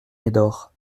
médor